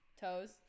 toes